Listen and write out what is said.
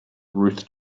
ruth